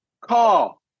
Call